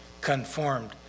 conformed